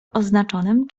oznaczonym